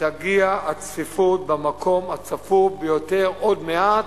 תגיע הצפיפות במקום הצפוף ביותר עוד מעט,